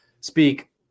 speak